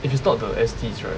if is not the S Ts right